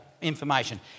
information